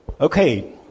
okay